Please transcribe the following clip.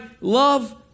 love